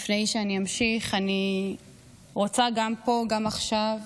לפני שאני אמשיך, אני רוצה גם פה, גם עכשיו,